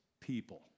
people